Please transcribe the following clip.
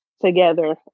together